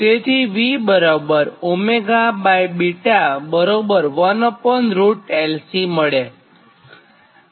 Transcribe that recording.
તેથી v 1LC મળે છે